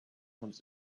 comes